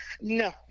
No